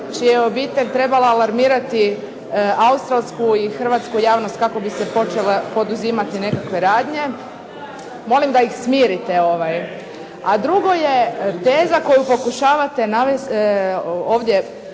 je obitelj trebala alarmirati australsku i hrvatsku javnost kako bi se počele poduzimati nekakve radnje. Molim da ih smirite. A drugo je teza koju pokušavate ovdje